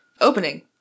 opening